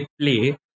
play